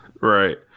Right